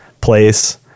place